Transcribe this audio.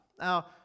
Now